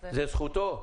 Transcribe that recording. זכותו.